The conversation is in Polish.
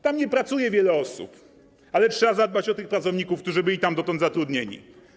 Tam nie pracuje wiele osób, ale trzeba zadbać o tych pracowników, którzy byli tam dotychczas zatrudnieni.